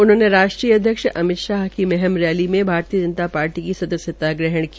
उन्होंने राष्ट्रीय अध्यक्ष अमित शाह की महम रैली में भारतीय जनता पार्टी की सदस्यता ग्रहण की